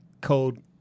code